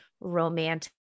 romantic